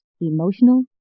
emotional